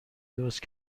درست